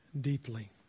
deeply